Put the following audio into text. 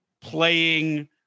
playing